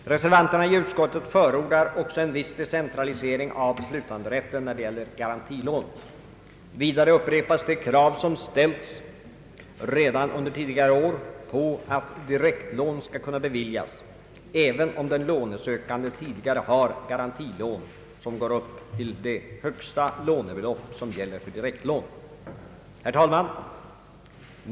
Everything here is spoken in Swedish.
Reservanterna i utskottet förordar också en viss decentralisering av beslutanderätten när det gäller garantilån. Vidare upprepas de krav som ställts redan under tidigare år på att direktlån skall kunna beviljas även om den lånesökande tidigare har garantilån som går upp till det högsta lånebelopp vilket gäller för direktlån. Herr talman!